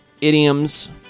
idioms